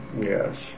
Yes